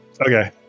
Okay